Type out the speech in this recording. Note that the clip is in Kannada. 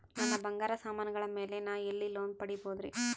ನನ್ನ ಬಂಗಾರ ಸಾಮಾನಿಗಳ ಮ್ಯಾಲೆ ನಾ ಎಲ್ಲಿ ಲೋನ್ ಪಡಿಬೋದರಿ?